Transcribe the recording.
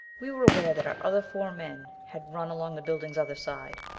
we were aware that our other four men had run along the building's other side.